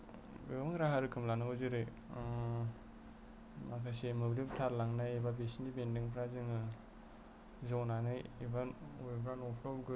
गोबां राहा रोखोम लानांगौ जेरै माखासे मोब्लिब थार लांनाय एबा बिसोरनिफ्राय बेन्दोंफोरा जोङो ज'नानै एबा